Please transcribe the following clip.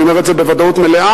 אני אומר את זה בוודאות מלאה,